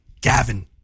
Gavin